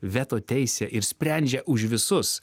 veto teisę ir sprendžia už visus